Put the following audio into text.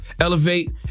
elevate